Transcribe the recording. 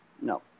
No